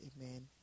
Amen